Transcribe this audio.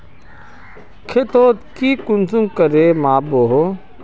खेतोक ती कुंसम करे माप बो?